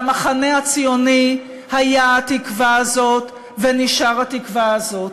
והמחנה הציוני היה התקווה הזאת ונשאר התקווה הזאת.